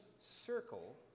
circle